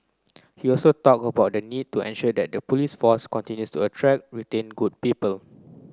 he also talked about the need to ensure that the police force continues to attract retain good people